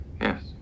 Yes